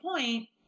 point